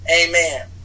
amen